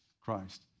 Christ